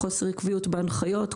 חוסר עקביות בהנחיות,